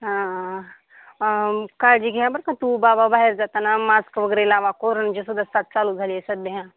हा काळजी घ्या बर का तू बाबा बाहेर जाताना मास्क वगैरे लावा कोरोनाची साथ चालू झाली सध्या